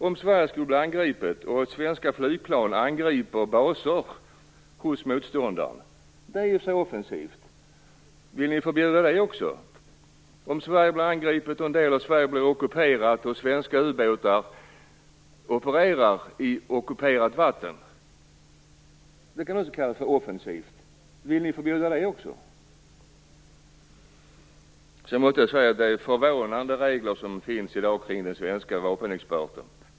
Om Sverige skulle bli angripet och om svenska flygplan angriper baser hos motståndaren är det offensivt. Vill ni förbjuda det också? Om Sverige blir angripet och en del av Sverige blir ockuperat och om svenska ubåtar opererar i ockuperat vatten kan också kallas offensivt. Vill ni förbjuda det också? Jag måste säga att det är förvånande regler som i dag finns kring den svenska vapenexporten.